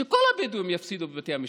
שכל הבדואים יפסידו בבתי המשפט.